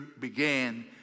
began